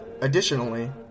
Additionally